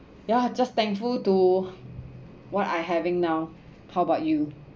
ya just thankful to what I having now how about you